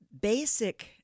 Basic